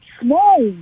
small